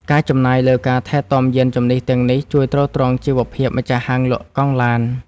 ការចំណាយលើការថែទាំយានជំនិះទាំងនេះ ជួយទ្រទ្រង់ជីវភាពម្ចាស់ហាងលក់កង់ឡាន។